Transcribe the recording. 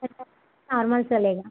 अच्छा नॉर्मल चलेगा